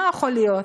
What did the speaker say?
מה יכול להיות?